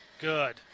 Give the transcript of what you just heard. Good